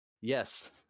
yes